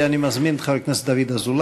אני מזמין את חבר הכנסת דוד אזולאי.